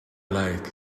like